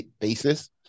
basis